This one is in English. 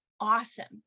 awesome